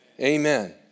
Amen